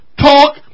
talk